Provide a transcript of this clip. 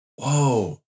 Whoa